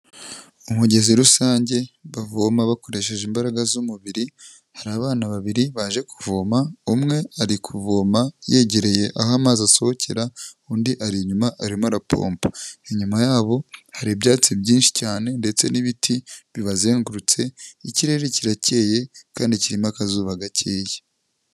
Umugezi rusange bavoma bakoresheje imbaraga z'umubiri hari abana babiri baje kuvoma, umwe ari kuvoma yegereye aho amazi asohokera undi ari inyuma arimo arapompa, inyuma yabo hari ibyatsi byinshi cyane ndetse n'ibiti bibazengurutse, ikirere kiracyeye kandi kirimo akazuba gakeya.